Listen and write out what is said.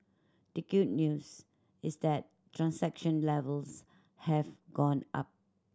the good news is that transaction levels have gone up